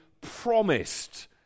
promised